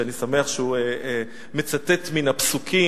שאני שמח שהוא מצטט מן הפסוקים: